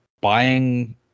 buying